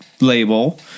label